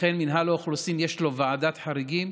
לכן למינהל האוכלוסין יש ועדת חריגים.